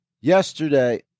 Yesterday